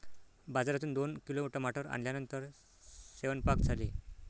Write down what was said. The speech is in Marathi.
बाजारातून दोन किलो टमाटर आणल्यानंतर सेवन्पाक झाले